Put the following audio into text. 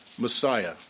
Messiah